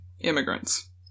immigrants